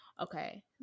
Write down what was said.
Okay